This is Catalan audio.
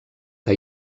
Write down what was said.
que